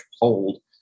hold